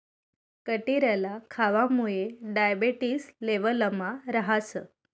कटिरला खावामुये डायबेटिस लेवलमा रहास